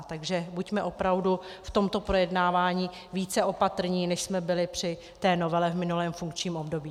Takže buďme opravdu v tomto projednávání více opatrní, než jsme byli při té novele v minulém funkčním období.